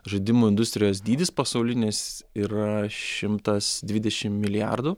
žaidimų industrijos dydis pasaulinis yra šimtas dvidešim milijardų